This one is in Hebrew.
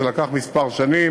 זה לקח כמה שנים,